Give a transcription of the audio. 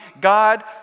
God